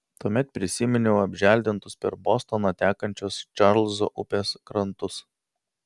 tuomet prisiminiau apželdintus per bostoną tekančios čarlzo upės krantus